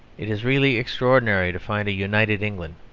it is really extraordinary to find a united england.